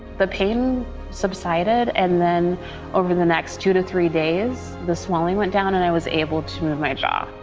the pain subsided and then over the next two to three days, the swelling went down and i was able to move my jaw.